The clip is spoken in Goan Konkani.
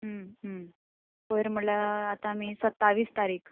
पयर म्हळ्यार आतां आमी सत्तावीस तारीख